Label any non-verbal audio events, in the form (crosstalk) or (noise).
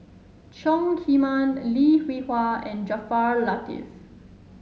Chong Heman Lim Hwee Hua and Jaafar (unintelligible)